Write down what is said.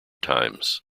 times